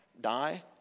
die